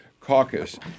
caucus